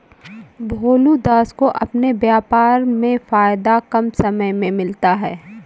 भोलू दास को अपने व्यापार में फायदा कम समय में मिलता है